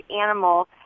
animal